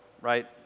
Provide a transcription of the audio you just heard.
right